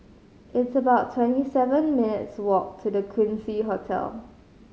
it's about twenty seven minutes' walk to The Quincy Hotel